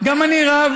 גם אני רב.